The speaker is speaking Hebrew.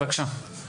אז בבקשה.